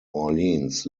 orleans